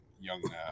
young